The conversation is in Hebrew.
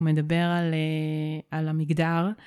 הוא מדבר על המגדר.